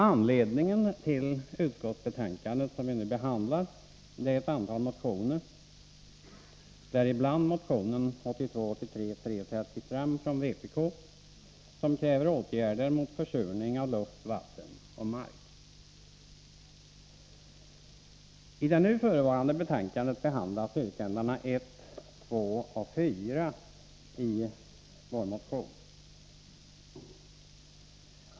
Anledningen till utskottsbetänkandet, som vi nu behandlar, är ett antal motioner, däribland motionen 1982/83:335 från vpk som kräver åtgärder mot förorening av luft, vatten och mark. I det nu förevarande betänkandet behandlas yrkandena 1, 2 och 4 i vår motion.